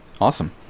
Awesome